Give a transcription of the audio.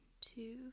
two